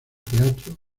teatro